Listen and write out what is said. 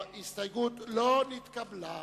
ההסתייגות של קבוצת